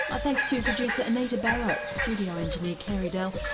but thanks to producer anita barraud, studio engineer carey dell.